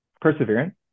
perseverance